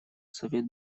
совет